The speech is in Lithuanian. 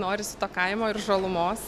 norisi to kaimo ir žalumos